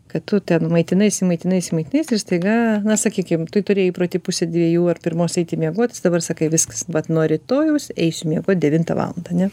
kad tu ten maitinaisi maitinaisi maitinaisi ir staiga na sakykim tu turėjai įprotį pusę dviejų ar pirmos eiti miegoti dabar sakai viskas vat nuo rytojaus eisiu miegot devintą valandą ane